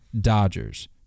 Dodgers